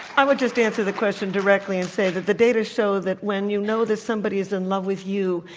i would just answer the question directly and say that the data show that when you know that somebody is in love with you,